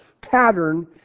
pattern